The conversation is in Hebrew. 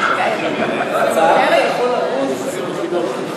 זכאות אישה השוהה במקלט לנשים מוכות),